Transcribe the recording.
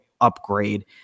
upgrade